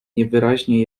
niewyraźnie